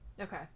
okay